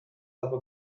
aber